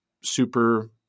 super